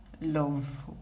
love